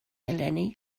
eleni